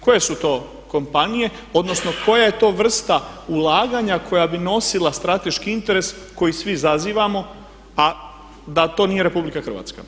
Koje su to kompanije, odnosno koja je to vrsta ulaganja koja bi nosila strateški interes koji svi zazivamo a da to nije RH?